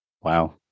Wow